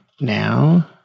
now